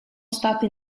stati